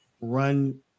run